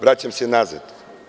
Vraćam se nazad.